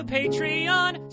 Patreon